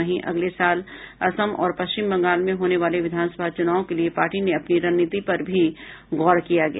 वहीं अगले साल असम और पश्चिम बंगाल में होने वाले विधानसभा चुनाव के लिये पार्टी ने अपनी रणनीति पर भी गौर किया गया